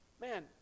Man